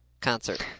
concert